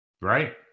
Right